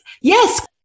Yes